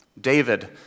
David